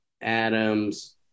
Adams